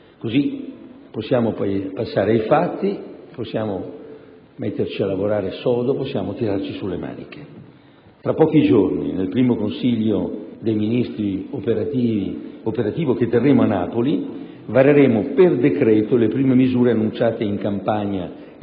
Così possiamo poi passare ai fatti. Possiamo metterci a lavorare sodo. Possiamo tirarci su le maniche. Fra pochi giorni, nel primo Consiglio dei ministri operativo che terremo a Napoli, vareremo per decreto le prime misure annunciate in campagna